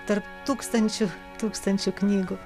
tarp tūkstančių tūkstančių knygų